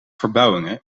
verbouwingen